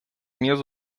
minhas